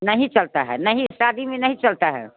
नहीं चलता है नहीं शादी में नहीं चलता है